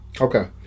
Okay